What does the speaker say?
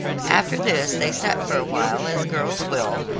after this they sat for a while as girls will,